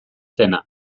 zena